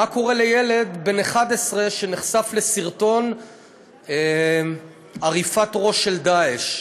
מה קורה לילד בן 11 שנחשף לסרטון עריפת ראש של "דאעש".